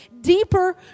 deeper